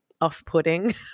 off-putting